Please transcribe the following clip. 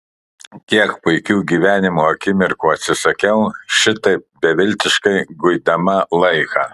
kiek puikių gyvenimo akimirkų atsisakiau šitaip beviltiškai guidama laiką